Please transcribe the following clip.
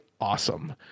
awesome